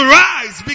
rise